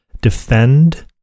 defend